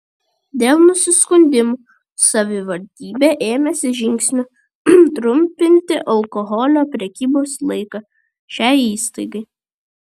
dėl nusiskundimų savivaldybė ėmėsi žingsnių trumpinti alkoholio prekybos laiką šiai įstaigai